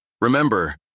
Remember